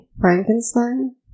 Frankenstein